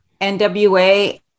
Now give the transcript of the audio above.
NWA